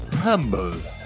humble